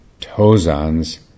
Tozan's